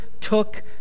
took